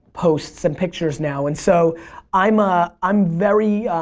posts and pictures now. and so i'm ah i'm very,